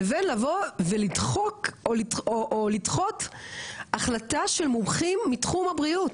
לבין לבוא ולדחוק או לדחות החלטה של מומחים מתחום הבריאות,